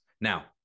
Now